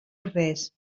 res